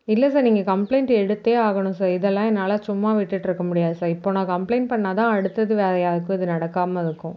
இல்லை சார் நீங்கள் கம்ப்ளைண்ட் எடுத்தே ஆகணும் சார் இதெல்லாம் என்னால் சும்மா விட்டுகிட்ருக்க முடியாது சார் இப்போது நான் கம்ப்ளைண்ட் பண்ணால் தான் அடுத்தடுத்து வேறு யாருக்கும் இது நடக்காமல் இருக்கும்